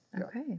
Okay